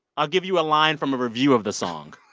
i'll give you a line from a review of the song